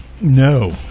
No